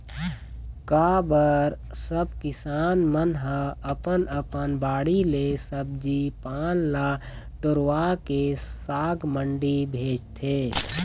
का बर सब किसान मन ह अपन अपन बाड़ी ले सब्जी पान ल टोरवाके साग मंडी भेजथे